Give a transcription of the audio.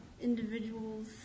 individuals